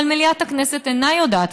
אבל מליאת הכנסת אינה יודעת,